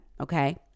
Okay